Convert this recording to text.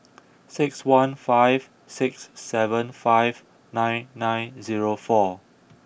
six one five six seven five nine nine zero four